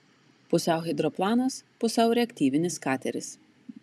pusiau hidroplanas pusiau reaktyvinis kateris